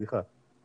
סליחה,